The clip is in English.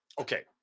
okay